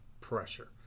pressure